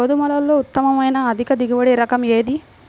గోధుమలలో ఉత్తమమైన అధిక దిగుబడి రకం ఏది?